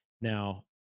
Now